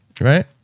right